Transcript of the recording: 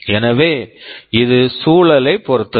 எனவே இது சூழலை பொறுத்தது